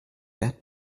that